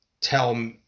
tell